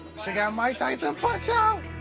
check out mike tyson punch-out!